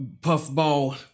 puffball